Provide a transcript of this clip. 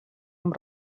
amb